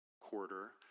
quarter